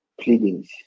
pleadings